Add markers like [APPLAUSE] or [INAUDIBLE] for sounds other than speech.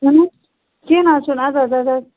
[UNINTELLIGIBLE] کیٚنٛہہ نہَ حظ چھُنہٕ اَدٕ حظ اَدٕ حظ